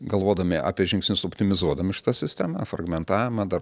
galvodami apie žingsnius optimizuodami šitą sistemą fragmentavimą dar